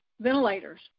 ventilators